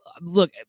Look